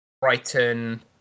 Brighton